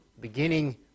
beginning